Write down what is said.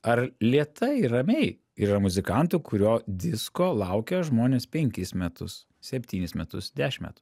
ar lėtai ir ramiai yra muzikantų kurio disko laukia žmonės penkis metus septynis metus dešimt metų